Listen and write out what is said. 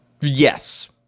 yes